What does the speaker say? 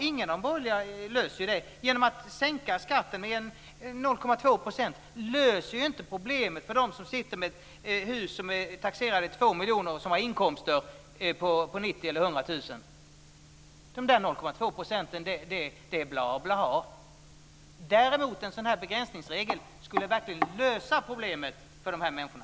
Inga av de borgerliga partierna löser ju problemet genom att sänka skatten med 0,2 % för dem som sitter med ett hus som har ett taxeringsvärde på 2 miljoner och som har inkomster på 90 000 eller 100 000. De 0,2 procenten är blaha blaha. Däremot skulle en begränsningsregel verkligen lösa problemet för de här människorna.